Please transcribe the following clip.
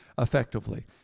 effectively